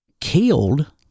killed